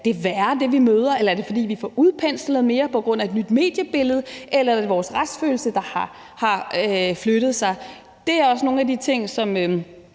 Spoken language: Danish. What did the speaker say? der gør, at det, vi møder, er det værre; er det, fordi vi får udpenslet mere på grund af et nyt mediebillede; eller er det vores retsfølelse, der har flyttet sig? Det er også nogle af de ting, som